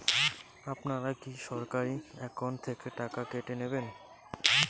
আপনারা কী সরাসরি একাউন্ট থেকে টাকা কেটে নেবেন?